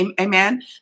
Amen